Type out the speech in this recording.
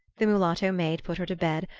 the mulatto maid put her to bed,